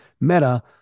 Meta